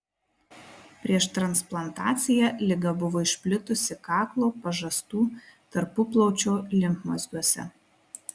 prieš transplantaciją liga buvo išplitusi kaklo pažastų tarpuplaučio limfmazgiuose